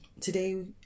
Today